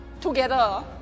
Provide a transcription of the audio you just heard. together